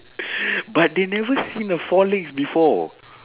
but they never seen a four legs before